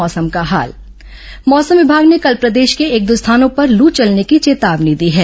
मौसम मौसम विभाग ने कल प्रदेश के एक दो स्थानों पर लू चलने की चेतावनी दी है